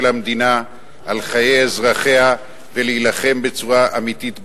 המדינה ועל חיי אזרחיה ולהילחם בצורה אמיתית בטרור.